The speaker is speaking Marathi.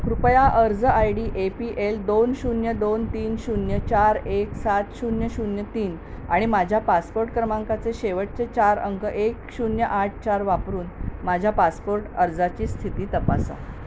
कृपया अर्ज I D A P L दोन शून्य दोन तीन शून्य चार एक सात शून्य शून्य तीन आणि माझ्या पासपोर्ट क्रमांकचे शेवटचे चार अंक एक शून्य आठ चार वापरून माझ्या पासपोर्ट अर्जाची स्थिती तपासा